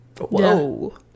whoa